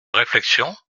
réflexion